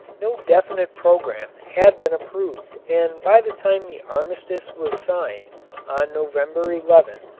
no definite program had been approved and by the time the armistice was signed on november eleven,